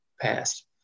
passed